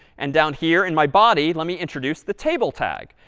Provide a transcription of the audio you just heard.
and down here in my body, let me introduce the table tag.